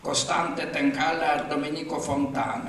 kostante tenkale ar dominyko fontana